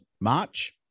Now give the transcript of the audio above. march